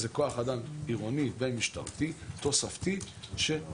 זה כוח אדם עירוני ומשטרתי תוספתי שפועל